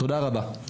תודה רבה.